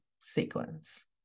sequence